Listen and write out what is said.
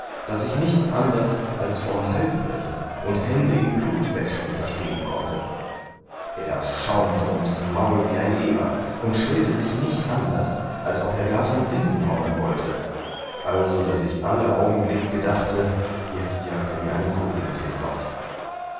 daß ich nichts anders als vom halsbrechen und hände in blut wäschen verstehen konnte er schaumte ums maul wie ein eber und stellte sich nicht anderst als ob er gar von sinnen kommen wollte also daß ich alle augenblick gedachte jetzt jagt er dir eine kugel durch den kopf